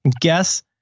Guess